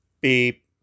Beep